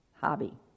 hobby